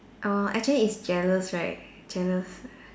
oh actually is jealous right jealous